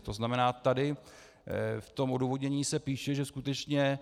To znamená, tady v tom odůvodnění se píše, že skutečně